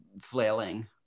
flailing